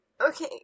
Okay